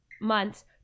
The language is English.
months